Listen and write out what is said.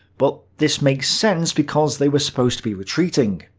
but this makes sense because they were supposed to be retreating.